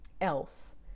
else